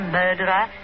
murderer